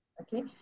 Okay